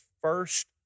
first